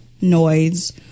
noise